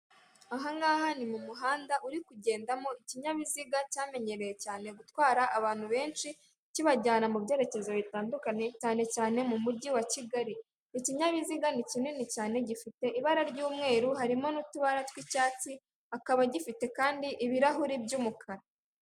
Aha ngaha ni mu muhanda uri kugendamo ikinyabiziga cyamenyereye cyane gutwara abantu benshi, kibajyana mu byerekezo bitandukanye cyane cyane mu mujyi wa Kigali. Ikinyabiziga ni kinini cyane, gifite ibara ry'umweru harimo n'utubara tw'icyatsi, akaba gifite kandi ibirahuri by'umukara.